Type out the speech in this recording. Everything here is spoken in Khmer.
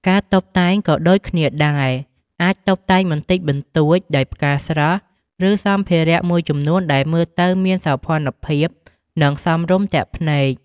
ការតុបតែងក៏ដូចគ្នាដែរ អាចតុបតែងបន្តិចបន្តួចដោយផ្កាស្រស់ ឬសម្ភារៈមួយចំនួនដែលមើលទៅមានសោភ័ណភាព និងសមរម្យទាក់ភ្នែក។